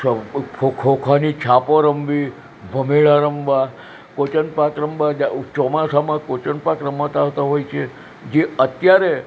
છ ખોખાની છાપો રમવી ભમરડા રમવા કોચનપાક રમવા ચોમાસામાં કોચનપાક રમત આવતા હોય છે જે અત્યારે